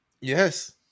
Yes